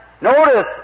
notice